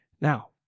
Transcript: Now